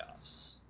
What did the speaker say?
playoffs